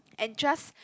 and just